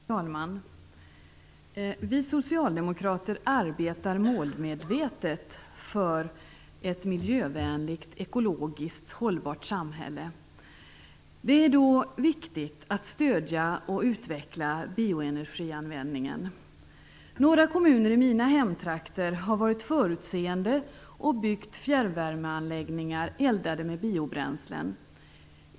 Fru talman! Vi socialdemokrater arbetar målmedvetet för ett miljövänligt, ekologiskt hållbart samhälle. Det är då viktigt att stödja och utveckla bioenergianvändningen. Några kommuner i mina hemtrakter har varit förutseende och byggt fjärrvärmeanläggningar eldade med biobränslen.